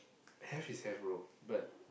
have is have bro but